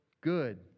good